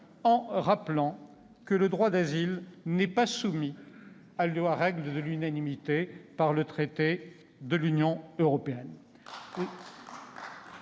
en rappelant que le droit d'asile n'est pas soumis à règle de l'unanimité par le traité de l'Union européenne.